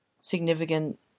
significant